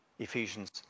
Ephesians